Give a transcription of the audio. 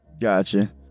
Gotcha